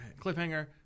cliffhanger